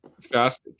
Fast